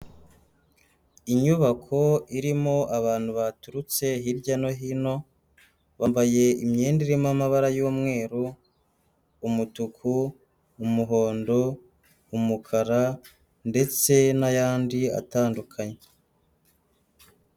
Inyubako irimo abantu baturutse hirya no hino bambaye imyenda irimo amabara y'umweru, umutuku, umuhondo, umukara ndetse n'ayandi atandukanye.